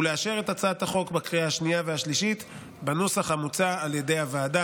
ולאשר את הצעת החוק בקריאה השנייה והשלישית בנוסח המוצע על ידי הוועדה.